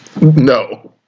no